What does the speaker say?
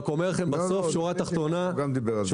הוא גם דיבר על זה.